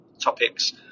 topics